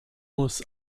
muss